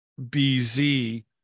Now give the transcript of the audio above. BZ